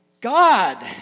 God